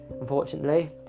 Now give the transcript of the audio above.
unfortunately